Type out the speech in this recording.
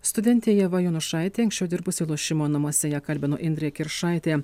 studentė ieva jonušaitė anksčiau dirbusi lošimo namuose ją kalbino indrė kiršaitė